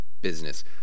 business